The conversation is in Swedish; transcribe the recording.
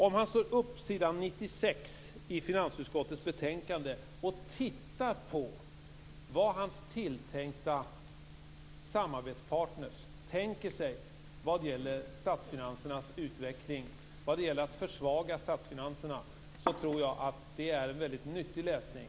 Om han slår upp s. 96 i finansutskottets betänkande och tittar på vad hans tilltänkta samarbetspartner tänker sig vad gäller att försvaga statsfinansernas utveckling tror jag att det är en väldigt nyttig läsning.